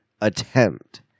attempt